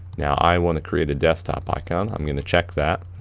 now i wanna create a desktop icon, i'm gonna check that.